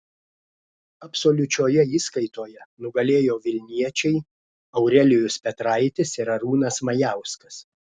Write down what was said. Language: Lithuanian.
absoliučioje įskaitoje nugalėjo vilniečiai aurelijus petraitis ir arūnas majauskas